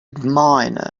miner